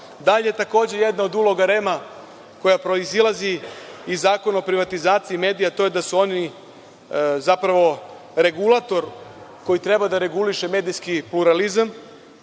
takođe jedna od uloga REM, koja proizilazi iz Zakona o privatizaciji medija, to je da su oni zapravo regulator koji treba da reguliše medijski pluralizam